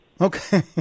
Okay